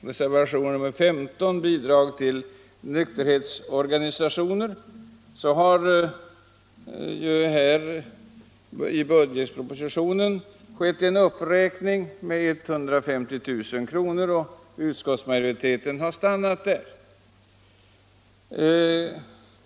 Reservationen 15 behandlar Bidrag till nykterhetsorganisationer. Dessa anslag har i budgetpropositionen uppräknats med 150 000 kr. och där har utskottsmajoriteten stannat.